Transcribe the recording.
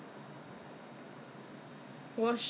他没有做啊不懂 lah work from home ah 不可能 ah